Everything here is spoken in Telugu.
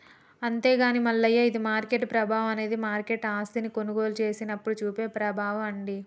అంతేగాని మల్లయ్య ఇది మార్కెట్ ప్రభావం అనేది మార్కెట్ ఆస్తిని కొనుగోలు చేసినప్పుడు చూపే ప్రభావం అండి